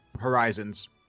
horizons